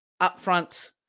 upfront